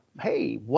hey